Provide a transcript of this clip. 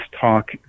talk